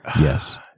Yes